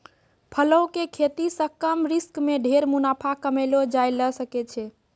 फलों के खेती सॅ कम रिस्क मॅ ढेर मुनाफा कमैलो जाय ल सकै छै